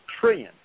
trillion